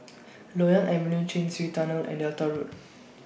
Loyang Avenue Chin Swee Tunnel and Delta Road